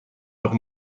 doch